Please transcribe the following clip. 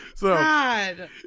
God